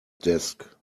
desk